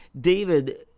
david